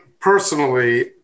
personally